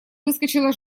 выскочила